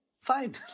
fine